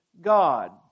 God